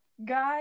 Guys